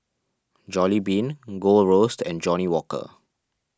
Jollibean Gold Roast and Johnnie Walker